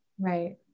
Right